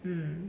hmm